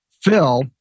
Phil